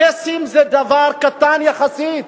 הקייסים זה דבר קטן יחסית,